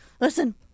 listen